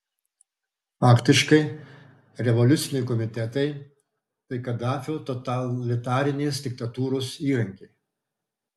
faktiškai revoliuciniai komitetai tai kadafio totalitarinės diktatūros įrankiai